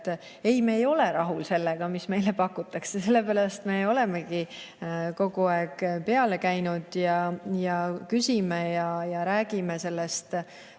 ei, me ei ole rahul sellega, mis meile pakutakse. Sellepärast me olemegi kogu aeg peale käinud ja küsinud ja rääkinud